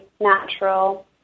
natural